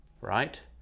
Right